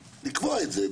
לקבוע את זה,